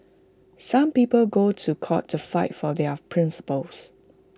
some people go to court to fight for their principles